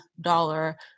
dollar